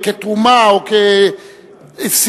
כתרומה או כסיוע.